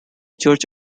church